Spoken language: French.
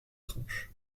tranches